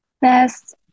best